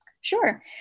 Sure